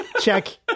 check